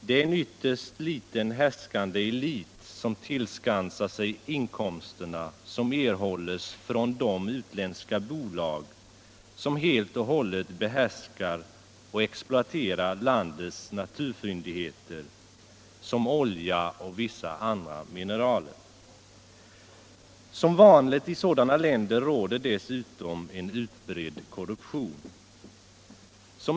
Det är en ytterst liten härskande elit som tillskansar sig inkomsterna, som erhålls från de utländska bolag som helt och hållet behärskar och exploaterar landets naturfyndigheter som olja och vissa mineraler. Som vanligt i sådana länder råder dessutom en utbredd korruption.